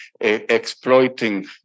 exploiting